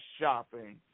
shopping